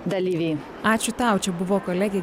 dalyviai ačiū tau čia buvo kolegė